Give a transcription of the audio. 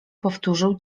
powtórzył